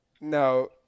No